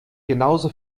genauso